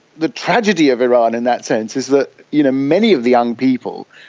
the tragedy of iran in that sense is that you know many of the young people,